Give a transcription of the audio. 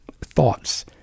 thoughts